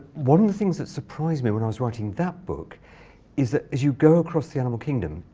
one of the things that surprised me when i was writing that book is that, as you go across the animal kingdom,